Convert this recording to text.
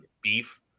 beef